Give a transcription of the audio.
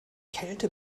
kälte